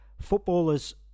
footballers